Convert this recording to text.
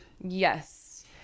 Yes